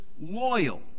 loyal